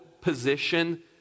position